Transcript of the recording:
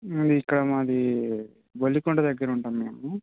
ఇక్కడ మాది బొల్లికొండ దగ్గర ఉంటాం మేము